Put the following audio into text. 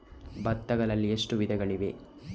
ಭತ್ತಗಳಲ್ಲಿ ಎಷ್ಟು ವಿಧಗಳಿವೆ?